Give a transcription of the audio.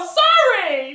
sorry